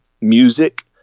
music